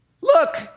Look